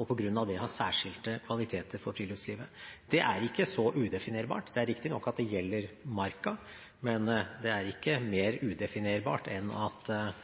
og på grunn av det har særlige kvaliteter for friluftslivet. Det er ikke så udefinerbart. Det er riktig at det gjelder marka, men det er ikke mer udefinerbart enn at